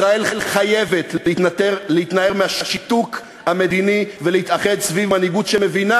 ישראל חייבת להתנער מהשיתוק המדיני ולהתאחד סביב מנהיגות שמבינה